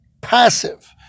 passive